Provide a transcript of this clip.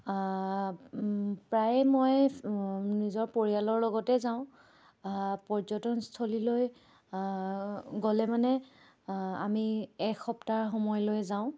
প্ৰায়ে মই নিজৰ পৰিয়ালৰ লগতে যাওঁ পৰ্যটনস্থলীলৈ গ'লে মানে আমি এক সপ্তাহ সময় লৈ যাওঁ